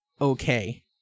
okay